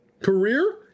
Career